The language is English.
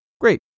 Great